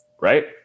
right